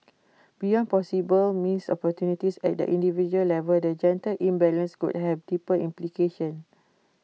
beyond possible missed opportunities at the individual level the gender imbalance could have deeper implications